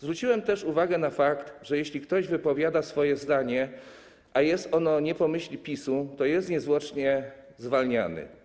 Zwróciłem też uwagę na fakt, że jeśli ktoś wypowiada swoje zdanie, a jest ono nie po myśli PiS-u, to jest niezwłocznie zwalniany.